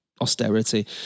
austerity